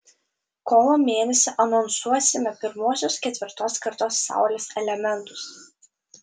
kovo mėnesį anonsuosime pirmuosius ketvirtos kartos saulės elementus